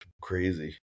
crazy